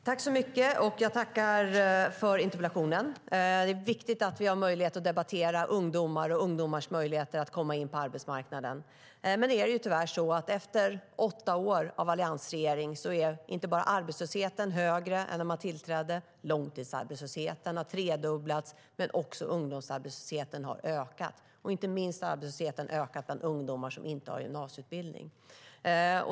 Herr talman! Jag tackar för interpellationen. Det är viktigt att vi har möjlighet att debattera ungdomar och deras möjligheter att komma in på arbetsmarknaden. Men efter åtta år av alliansregering är inte bara arbetslösheten högre än då man tillträdde, utan långtidsarbetslösheten har tredubblats och ungdomsarbetslösheten har ökat. Inte minst har arbetslösheten ökat bland ungdomar som inte har gymnasieutbildning.